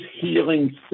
healing